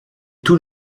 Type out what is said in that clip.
tout